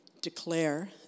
declare